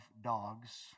dogs